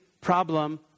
Problem